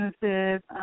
businesses